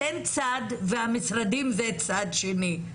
אתן צד והמשרדים זה צד שני.